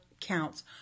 counts